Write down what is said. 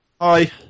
Hi